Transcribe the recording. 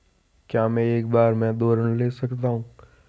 क्या मैं एक बार में दो ऋण ले सकता हूँ?